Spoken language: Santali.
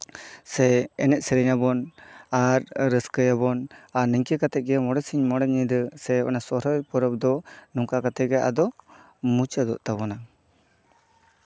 ᱥᱮ ᱮᱱᱮᱡ ᱥᱮᱨᱮᱧ ᱟᱵᱚᱱ ᱟᱨ ᱨᱟᱹᱥᱠᱟᱹᱭᱟᱵᱚᱱ ᱟᱨ ᱱᱤᱝᱠᱟᱹ ᱠᱟᱛᱮᱜ ᱜᱮ ᱢᱚᱬᱮ ᱥᱤᱧ ᱢᱚᱬᱮ ᱧᱤᱫᱟᱹ ᱚᱱᱟ ᱥᱚᱦᱨᱟᱭ ᱯᱚᱨᱚᱵᱽ ᱫᱚ ᱱᱚᱝᱠᱟ ᱠᱟᱛᱮᱜ ᱜᱮ ᱟᱫᱚ ᱢᱩᱪᱟᱹᱫᱚᱜ ᱛᱟᱵᱳᱱᱟ